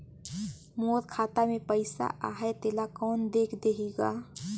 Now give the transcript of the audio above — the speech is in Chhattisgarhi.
मोर खाता मे पइसा आहाय तेला कोन देख देही गा?